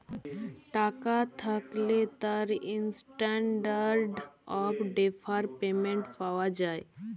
টাকা থ্যাকলে তার ইসট্যানডারড অফ ডেফারড পেমেন্ট পাওয়া যায়